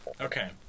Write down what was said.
Okay